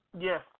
Yes